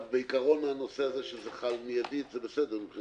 בעיקרון, הקביעה שזה חל מיידית היא בסדר?